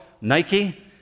Nike